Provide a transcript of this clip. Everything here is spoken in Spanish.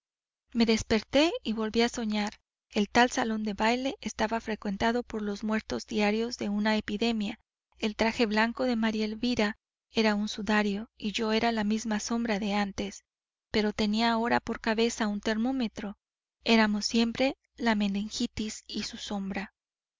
me desperté y volví a soñar el tal salón de baile estaba frecuentado por los muertos diarios de una epidemia el traje blanco de maría elvira era un sudario y yo era la misma sombra de antes pero tenía ahora por cabeza un termómetro eramos siempre la meningitis y su sombra